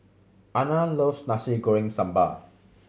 Ana loves Nasi Goreng Sambal